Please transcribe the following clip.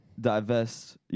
divest